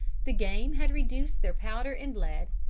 the game had reduced their powder and lead,